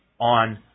on